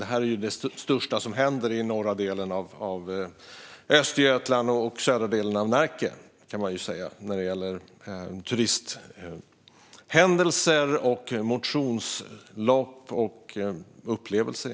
Det här är ju det största som händer i norra delen av Östergötland och södra delen av Närke i fråga om turisthändelser, motionslopp och upplevelser.